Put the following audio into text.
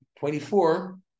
24